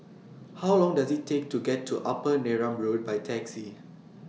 How Long Does IT Take to get to Upper Neram Road By Taxi